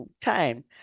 time